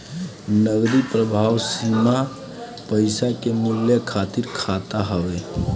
नगदी प्रवाह सीमा पईसा के मूल्य खातिर खाता हवे